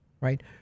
Right